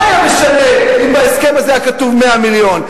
מה היה משנה אם בהסכם הזה היה כתוב 100 מיליון?